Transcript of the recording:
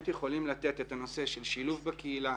יכולים לתת את הנושא של שילוב בקהילה,